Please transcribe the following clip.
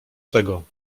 tego